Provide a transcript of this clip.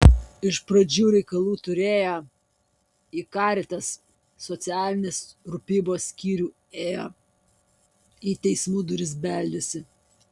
iš pradžių reikalų turėjo į caritas socialinės rūpybos skyrių ėjo į teismų duris beldėsi